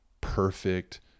perfect